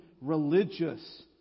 religious